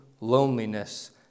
loneliness